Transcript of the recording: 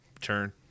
turn